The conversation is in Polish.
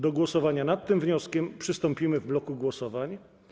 Do głosowania nad tym wnioskiem przystąpimy w bloku głosowań.